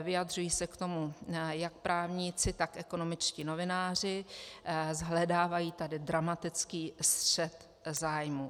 Vyjadřují se tomu jak právníci, tak ekonomičtí novináři, shledávají tady dramatický střet zájmů.